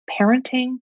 parenting